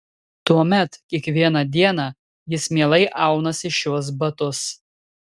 tuomet kiekvieną dieną jis mielai aunasi šiuos batus